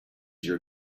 your